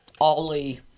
Ollie